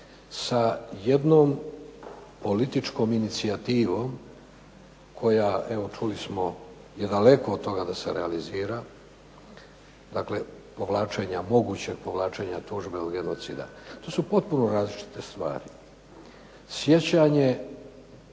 sa jednom političkom inicijativom koja, evo čuli smo je daleko od toga da se realizira, dakle povlačenje, mogućeg povlačenja tužbe genocida. To su potpuno različite stvari. Sjećanje